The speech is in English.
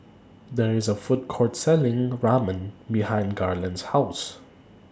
There IS A Food Court Selling Ramen behind Garland's House